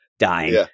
dying